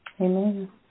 Amen